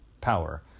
power